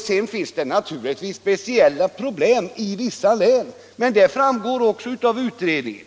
Sedan finns det givetvis speciella problem i vissa län, men det har man ju också behandlat i utredningen.